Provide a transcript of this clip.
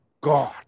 God